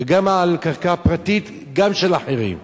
וגם על קרקע פרטית, גם של אחרים,